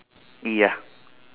ya